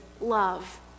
love